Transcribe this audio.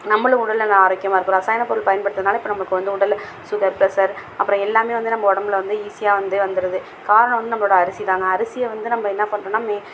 நம்மளும் உடல்நலம் ஆரோக்கியமாக இருக்குறோம் ரசாயன பொருள் பயன்படுத்துறதுனால் இப்போ நமக்கு வந்து உடல் சுகர் ப்ரஸ்ஸர் அப்றம் எல்லாமே வந்து நம்ம உடம்புல வந்து ஈஸியாக வந்து வந்துடுது காரணம் வந்து நம்மளோட அரிசி தாங்க அரிசியை வந்து நம்ம என்ன பண்றோனால் மே